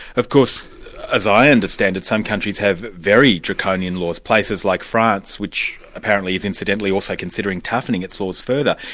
of course as i understand it, some countries have very draconian laws, places like france which apparently is, incidentally, also considering toughening its laws further.